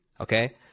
Okay